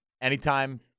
anytime